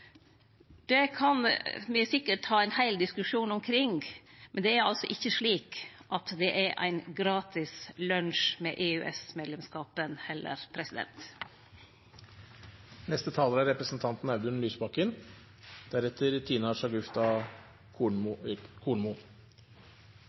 Det kan me sikkert ta ein heil diskusjon omkring, men det er altså ikkje slik at det er ein gratis lunsj med EØS-medlemskapen heller. Det er mange som for tiden er